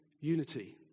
unity